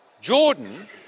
Jordan